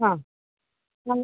അ മതി